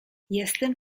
jestem